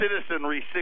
citizenry